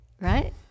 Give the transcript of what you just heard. right